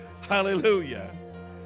Hallelujah